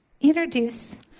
introduce